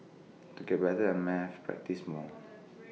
to get better at maths practise more